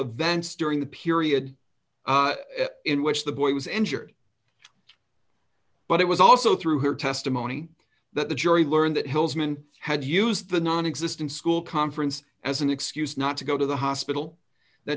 events during the period in which the boy was injured but it was also through her testimony that the jury learned that hill's men had used the nonexistent school conference as an excuse not to go to the hospital that